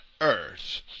earth